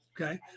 okay